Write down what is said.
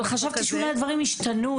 אבל חשבתי שאולי דברים השתנו.